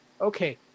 okay